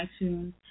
iTunes